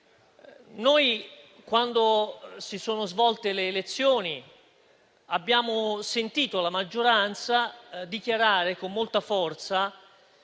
Quando si sono svolte le elezioni, abbiamo sentito la maggioranza dichiarare con molta forza